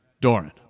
Doran